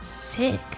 Sick